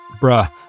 Bruh